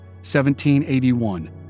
1781